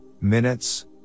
minutes